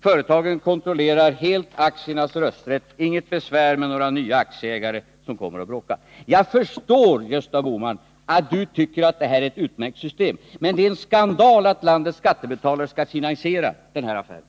Företagen kontrollerar helt aktiernas rösträtt, och det blir inget besvär med några nya aktieägare som kommer och bråkar. Jag förstår att Gösta Bohman tycker att detta är ett utmärkt system. Men det är en skandal att landets skattebetalare skall finansiera den här affären.